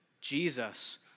Jesus